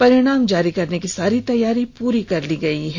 परिणाम जारी करने की सारी तैयारी पूरी कर ली गयी है